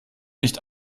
nicht